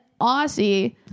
Aussie